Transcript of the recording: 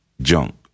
junk